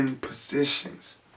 positions